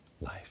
life